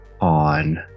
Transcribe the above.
on